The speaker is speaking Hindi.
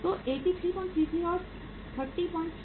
तो 8333 और 3033